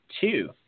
two